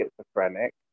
schizophrenic